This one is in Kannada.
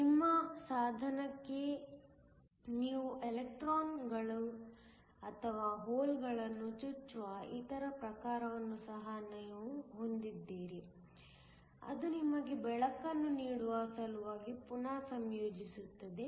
ನಿಮ್ಮ ಸಾಧನಕ್ಕೆ ನೀವು ಎಲೆಕ್ಟ್ರಾನ್ಗಳು ಅಥವಾ ಹೋಲ್ಗಳನ್ನು ಚುಚ್ಚುವ ಇತರ ಪ್ರಕಾರವನ್ನು ಸಹ ನೀವು ಹೊಂದಿದ್ದೀರಿ ಅದು ನಿಮಗೆ ಬೆಳಕನ್ನು ನೀಡುವ ಸಲುವಾಗಿ ಪುನಃ ಸಂಯೋಜಿಸುತ್ತದೆ